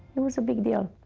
it was a big deal.